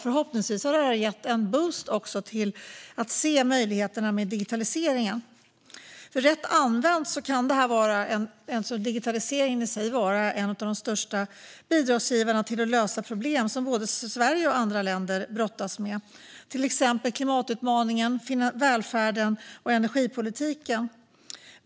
Förhoppningsvis har det också gett en boost till att se möjligheterna med digitaliseringen. Rätt använd kan digitaliseringen vara en av de största bidragsgivarna till att lösa problem som både Sverige och andra länder brottas med, till exempel klimatutmaningen, välfärden och energipolitiken.